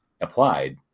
applied